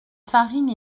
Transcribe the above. farine